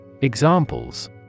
Examples